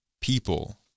people